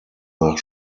nach